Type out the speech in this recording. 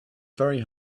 very